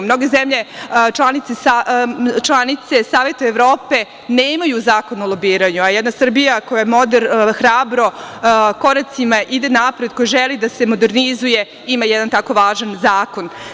Mnoge zemlje članice Saveta Evrope nemaju Zakon o lobiranju, a jedna Srbija koja hrabrim koracima ide napred, koja želi da se modernizuje, ima jedan tako važan zakon.